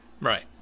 Right